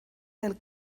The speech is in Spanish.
del